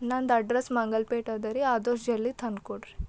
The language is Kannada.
ನಂದು ಅಡ್ರಸ್ ಮಂಗಲ್ಪೇಟೆ ಅದರಿ ಆದಷ್ಟ್ ಜಲ್ದಿ ತಂದ್ಕೊಂಡ್ರಿ